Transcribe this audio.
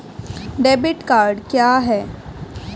Debit card क्या है?